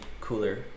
cooler